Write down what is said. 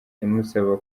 imusaba